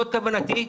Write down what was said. זו הבנתי,